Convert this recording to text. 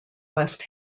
west